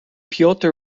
piotr